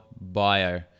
bio